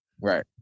Right